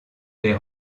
les